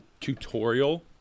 tutorial